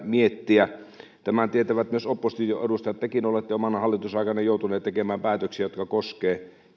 miettiä tämän tietävät myös opposition edustajat tekin olette omana hallitusaikananne joutuneet tekemään päätöksiä jotka koskevat